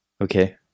okay